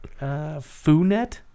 Foonet